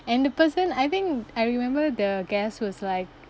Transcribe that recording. and the person I think I remember the guest was like